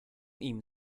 ihm